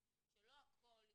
כמו שאמר חברי מסעוד גנאים,